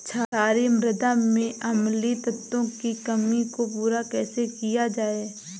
क्षारीए मृदा में अम्लीय तत्वों की कमी को पूरा कैसे किया जाए?